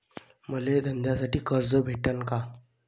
मले धंद्यासाठी कर्ज भेटन का?